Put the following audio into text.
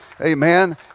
Amen